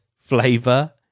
flavor